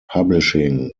publishing